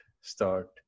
start